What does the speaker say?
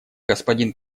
господин